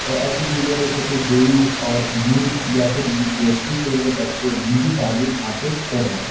ایسی چیزیں جیسے کہ جے ای اور نیٹ یا پھر یو پی ایس سی کے لیے بچے نجی تعلیم حاصل کر رہے ہیں